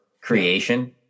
creation